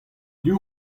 div